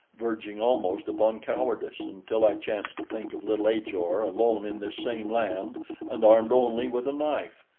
verging almost upon cowardice, until i chanced to think of little ajor alone in this same land and armed only with a knife!